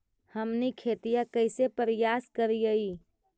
हमनी खेतीया कइसे परियास करियय?